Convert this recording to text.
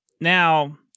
Now